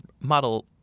model